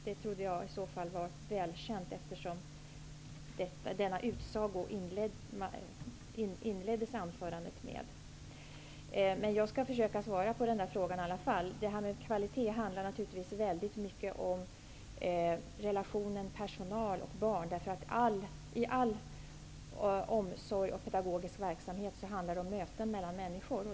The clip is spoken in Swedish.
Det trodde jag var väl känt, eftersom denna utsaga inledde anförandet. Jag skall försöka svara på frågan i alla fall. Frågan om kvalitet handlar mycket om relationen personal-barn. I all omsorg och pedagogisk verksamhet handlar det om möten mellan människor.